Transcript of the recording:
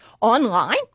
online